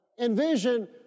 Envision